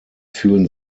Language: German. fühlen